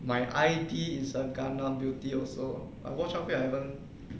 my I_D is a gangnam beauty also I watch halfway I haven't